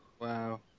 Wow